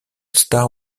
star